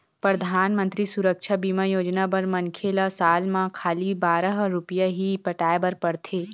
परधानमंतरी सुरक्छा बीमा योजना बर मनखे ल साल म खाली बारह रूपिया ही पटाए बर परथे